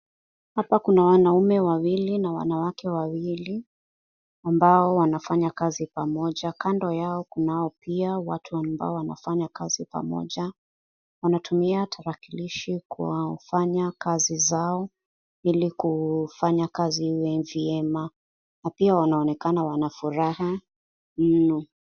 Hapa kuna wanaume wawili na wanawake wawili ambao wanafanya kazi pamoja. Kando yao kunao pia watu ambao wanafanya kazi pamoja. Wanatumia tarakilishi kwa kufanya kazi zao ili kufanya kazi vyema na pia wanaonekana wana furaha mno.